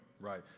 Right